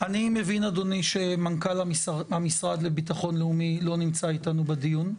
אני מבין שמנכ״ל המשרד לביטחון לאומי לא נמצא איתנו בדיון,